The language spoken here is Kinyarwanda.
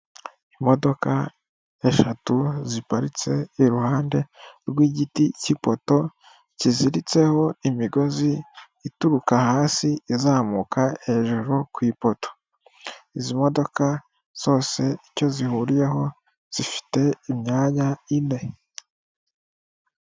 Imodoka eshatu ziparitse iruhande rw'igiti cy'ipoto kiziritseho imigozi ituruka hasi izamuka hejuru ku ipoto, izi modoka zose icyo zihuriyeho zifite imyanya ine.